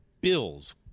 bills